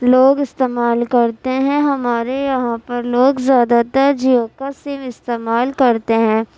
لوگ استعمال کرتے ہیں ہمارے یہاں پر لوگ زیادہ تر جیو کا سم استعمال کرتے ہیں